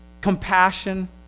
compassion